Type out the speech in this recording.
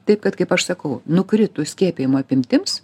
taip kad kaip aš sakau nukritus skiepijimo apimtims